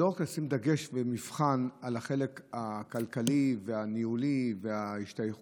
לא לשים דגש במבחן רק על החלק הכלכלי והניהולי וההשתייכות,